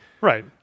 Right